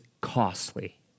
costly